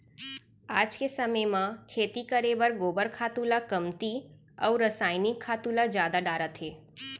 आज के समे म खेती करे बर गोबर खातू ल कमती अउ रसायनिक खातू ल जादा डारत हें